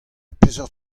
peseurt